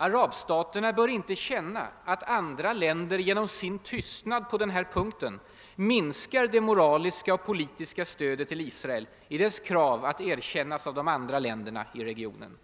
Arabstaterna bör inte känna att andra länder genom sin tystnad på denna punkt minskar det politiska och moraliska stödet till Israel i dess krav att erkännas av de andra länderna i regionen.